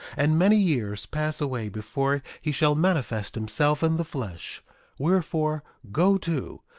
and many years pass away before he shall manifest himself in the flesh wherefore, go to,